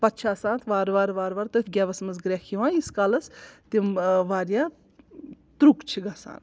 پتہٕ چھِ آسان اَتھ وارٕ وارٕ وارٕ وارٕ تٔتھۍ گیوَس منٛز گرٛٮ۪کھ یِوان ییٖتِس کالَس تِم واریاہ تُرٛک چھِ گژھان